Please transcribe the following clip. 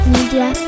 Media